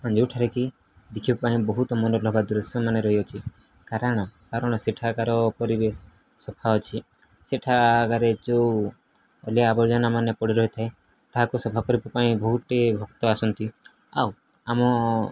ଯେଉଁଠାରେ କିି ଦେଖିବା ପାଇଁ ବହୁତ ମନଲୋଭା ଦୃଶ୍ୟ ମାନେ ରହିଅଛି କାରଣ କାରଣ ସେଠାକାର ପରିବେଶ ସଫା ଅଛି ସେଠାକାର ଯେଉଁ ଅଲିଆ ଆବର୍ଜନା ମାନେ ପଡ଼ି ରହିଥାଏ ତାହାକୁ ସଫା କରିବା ପାଇଁ ବହୁଟି ଭକ୍ତ ଆସନ୍ତି ଆଉ ଆମ